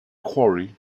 quarry